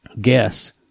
guess